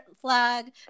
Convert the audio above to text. flag